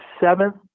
seventh